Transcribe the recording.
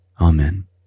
Amen